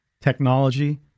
technology